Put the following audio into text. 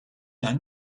ein